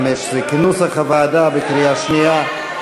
2015, בדבר הפחתת תקציב לא נתקבלו.